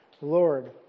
Lord